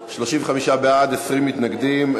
35 בעד, 20 מתנגדים.